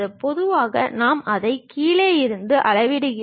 பொதுவாக நாம் அதை கீழே இருந்து அளவிடுகிறோம்